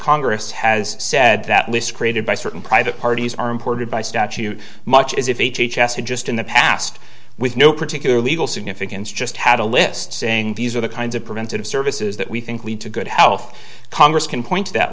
congress has said that lists created by certain private parties are imported by statute much as if h h s had just in the past with no particular legal significance just had a list saying these are the kinds of preventive services that we think lead to good health congress can point to that